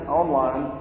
online